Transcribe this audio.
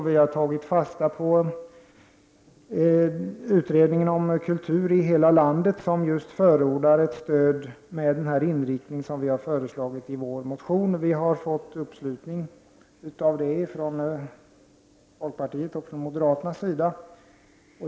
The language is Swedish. Vi har tagit fasta på utredningen om kultur i hela landet, som just förordar ett stöd med den inriktning som vi har föreslagit i vår motion, och vi har fått uppslutning kring det från folkpartiet och moderaterna.